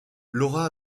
laura